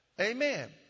Amen